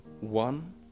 One